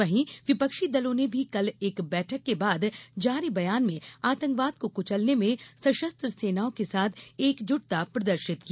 वहीं विपक्षी दलों ने भी कल एक बैठक के बाद जारी बयान में आतंकवाद को कुचलने में सशस्त्र सेनाओं के साथ एकजुटता प्रदर्शित की